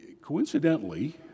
coincidentally